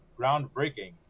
groundbreaking